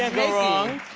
go wrong.